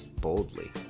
boldly